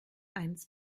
eins